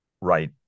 right